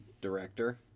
director